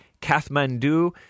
Kathmandu